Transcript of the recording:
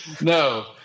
no